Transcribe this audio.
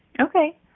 Okay